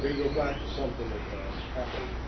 go back to something that happened